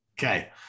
okay